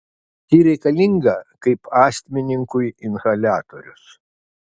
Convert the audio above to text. ji reikalinga kaip astmininkui inhaliatorius